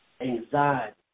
Anxiety